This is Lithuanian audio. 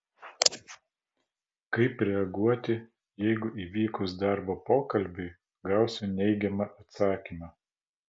kaip reaguoti jeigu įvykus darbo pokalbiui gausiu neigiamą atsakymą